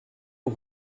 aux